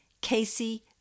Casey